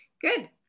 good